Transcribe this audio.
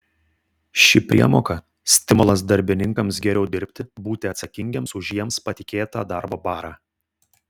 ši priemoka stimulas darbininkams geriau dirbti būti atsakingiems už jiems patikėtą darbo barą